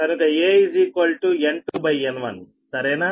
కనుక a N2N1సరేనా